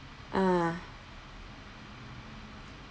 ah